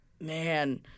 Man